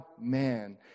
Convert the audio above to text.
Man